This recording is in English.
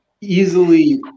easily